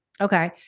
Okay